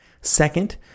second